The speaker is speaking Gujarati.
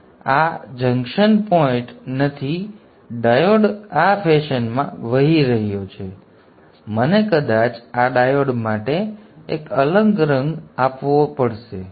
તમારે આ સમજવું જોઈએ આ જંકશન પોઇન્ટ નથી ડાયોડ આ ફેશન માં વહી રહ્યો છે અને મને કદાચ આ ડાયોડ માટે એક અલગ રંગ આપવા દો